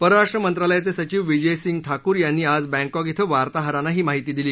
परराष्ट्र मंत्रालयाचे सचिव विजय सिंग ठाकूर यांनी आज बँकॉक इथं वार्ताहरांना ही माहिती दिली